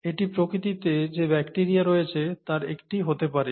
এটি প্রকৃতিতে যে ব্যাকটিরিয়া রয়েছে তার একটি হতে পারে